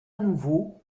nouveau